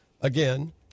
again